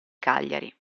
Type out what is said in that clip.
cagliari